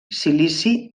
silici